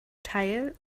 teil